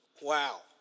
Wow